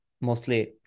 mostly